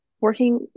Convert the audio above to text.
working